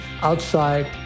outside